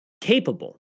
capable